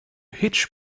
hitch